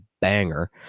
banger